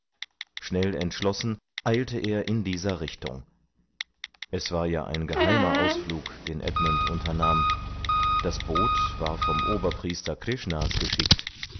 schnell entschlossen eilte er in dieser richtung es war ja ein geheimer ausflug den edmund unternahm das boot war vom oberpriester krishnas geschickt